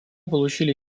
получили